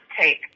take